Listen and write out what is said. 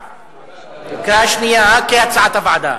בקריאה שנייה, כהצעת הוועדה.